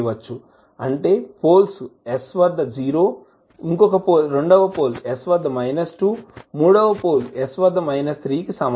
అంటే poles s వద్ద 0 s వద్ద మైనస్ 2 s వద్ద మైనస్ 3 కి సమానం